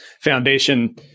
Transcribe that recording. foundation